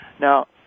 Now